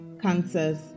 cancers